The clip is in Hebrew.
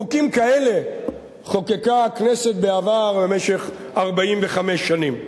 חוקים כאלה חוקקה הכנסת בעבר, במשך 45 שנים.